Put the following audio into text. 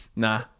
Nah